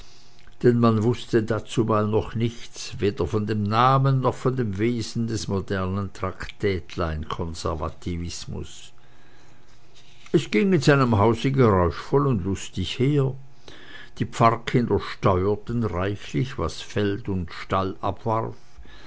denn man wußte dazumal noch nichts weder von dem namen noch von dem wesen des modernen traktätlein konservatismus es ging in seinem hause geräuschvoll und lustig her die pfarrkinder steuerten reichlich was feld und stall abwarf